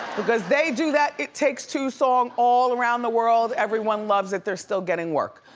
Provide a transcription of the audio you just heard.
because they do that it takes two song all around the world, everyone loves it, they're still getting work,